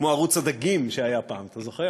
כמו ערוץ הדגים שהיה פעם, אתה זוכר?